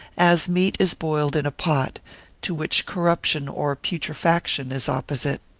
as meat is boiled in a pot to which corruption or putrefaction is opposite.